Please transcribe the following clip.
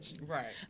right